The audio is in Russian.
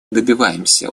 добиваемся